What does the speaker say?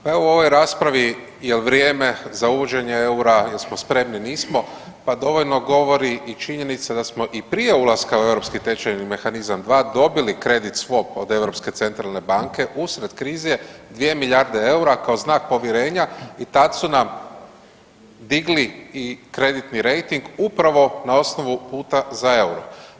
Pa evo u ovoj raspravi jel vrijeme za uvođenje eura jesmo spremni, nismo, pa dovoljno govori i činjenica da smo i prije ulaska u europski tečajni mehanizam 2 dobili kredit SWOP od Europske centralne banke usred krize 2 milijarde eura kao znak povjerenja i tad su nam digli i kreditni rejting upravo na osnovu puta za euro.